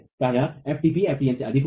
प्रायः ftp ftn से अधिक होगा